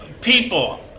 people